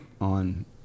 on